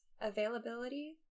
availability